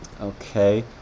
Okay